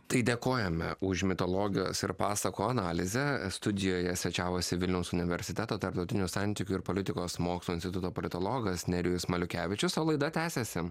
tai dėkojame už mitologijos ir pasakų analizę studijoje svečiavosi vilniaus universiteto tarptautinių santykių ir politikos mokslų instituto politologas nerijus maliukevičius o laida tęsiasi